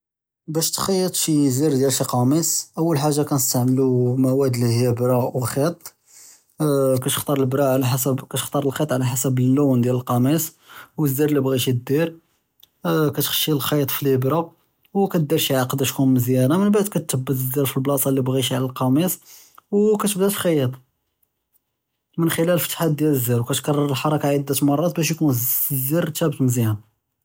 באש תכּ'יט שי זר דיאל שי כמיס אול חאגה כנסתעמלו מוואד אלהיבּרה וכירט, כתכּתאר אלכּירט עלא חסב אללון דיאל אלכּמיס ואלזר לי בע'ית ידיר, כתכּשי אלכּירט פלאיבּרה וכּדיר שי עקדה תכון מזיאנה, מבּעד ככתבת אלזר פי לבּלאצע לי בע'ית עלא אלכּמיס, וכתבּדא תכּ'יט מן ח'לאל פתחת דיאל אלזר וכתכּרר אלחרכּה עדה מרּאת באש יכון אלזר תאבּת מזיאן.